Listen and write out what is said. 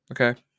okay